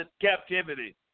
captivity